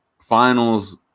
Finals